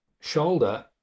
shoulder